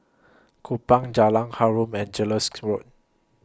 Kupang Jalan Harum and Road